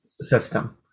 system